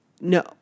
no